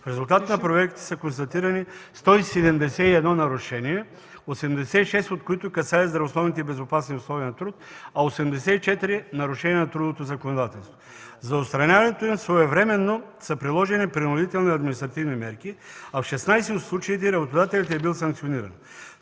В резултат на проверките са констатирани 171 нарушения, 86 от които касаят здравословните и безопасни условия на труд, а 84 – нарушения на трудовото законодателство. За отстраняването им своевременно са приложени принудителни административни мерки, а в 16 от случаите работодателят е бил санкциониран.